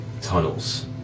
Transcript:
tunnels